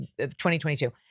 2022